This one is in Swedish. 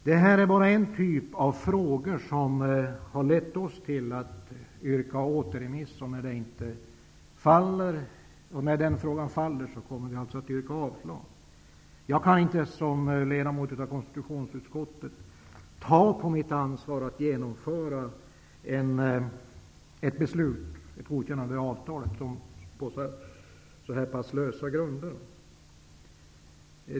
Det här är bara en typ av frågor som har fått oss att yrka på återförvisning. Om detta yrkande inte vinner kammarens bifall, kommer vi att yrka avslag på utskottets hemställan. Jag kan som ledamot av konstitutionsutskottet inte ta på mitt ansvar att medverka till ett beslut om godkännande av avtalet på så här lösa grunder.